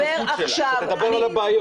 שתדבר על הבעיות.